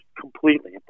completely